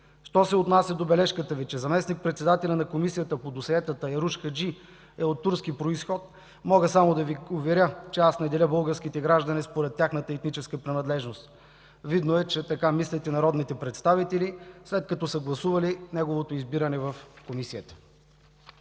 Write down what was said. Що се отнася до забележката Ви, че заместник-председателят на Комисията по досиетата Айруш Хаджи е от турски произход, мога само да Ви уверя, че аз не деля българските граждани според тяхната етническа принадлежност. Видно е, че така мислят и народните представители, след като са гласували неговото избиране в Комисията.